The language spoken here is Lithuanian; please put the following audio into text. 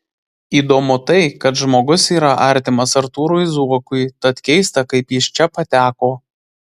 įdomu tai kad žmogus yra artimas artūrui zuokui tad keista kaip jis čia pateko